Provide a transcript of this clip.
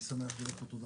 אני שמח להיות פה, תודה